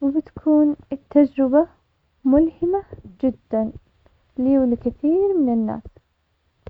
وبتكون التجربة ملهمة جدا لي ولكثير من الناس.